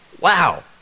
Wow